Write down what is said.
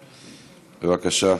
בבקשה.